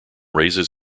raises